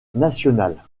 nationale